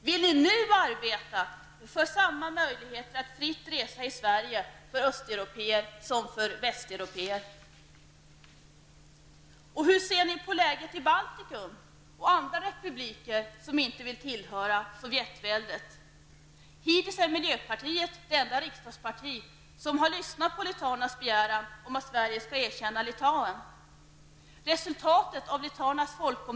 Vill ni nu arbeta för samma möjligheter att fritt resa i Sverige för östeuropéer som för västeuropéer? Hur ser ni på läget i Baltikum och andra republiker som inte vill tillhöra Sovjetväldet? Hittills är miljöpartiet det enda riksdagsparti som lyssnat på litauernas begäran om att Sverige skall erkänna Litauen.